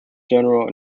general